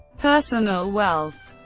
personal wealth